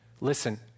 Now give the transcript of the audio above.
listen